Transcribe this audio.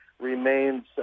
remains